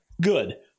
Good